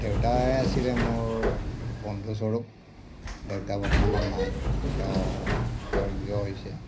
দেউতায়েই আছিল মোৰ বন্ধু স্বৰূপ দেউতা বৰ্তমান নাই তেওঁ স্বৰ্গীয় হৈছে